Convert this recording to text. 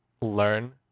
learn